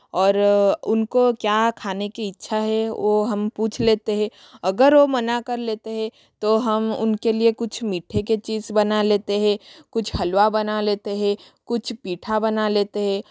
और उनको क्या खाने की इच्छा है वो हम पूछ लेते है अगर वो मना कर लेते हैं तो हम उनके लिए कुछ मीठे के चीज बना लेते है कुछ हलवा बना लेते है कुछ पीठा बना लेते है